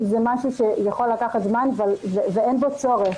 זה משהו שיכול לקחת זמן ואין בו צורך.